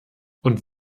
und